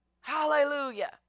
Hallelujah